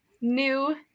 new